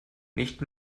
nicht